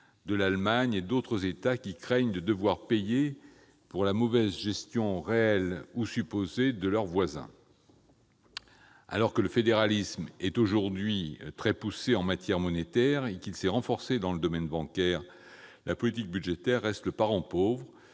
de l'Allemagne et d'autres États, qui craignent de devoir payer pour la mauvaise gestion réelle ou supposée de leurs voisins. Alors que le fédéralisme est aujourd'hui très poussé en matière monétaire, et qu'il s'est renforcé dans le domaine bancaire, la politique budgétaire reste le parent pauvre